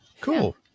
cool